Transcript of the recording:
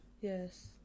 Yes